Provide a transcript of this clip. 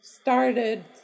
started